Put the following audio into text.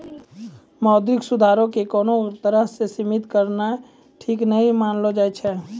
मौद्रिक सुधारो के कोनो तरहो से सीमित करनाय ठीक नै मानलो जाय छै